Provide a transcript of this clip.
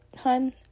hun